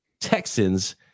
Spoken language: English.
Texans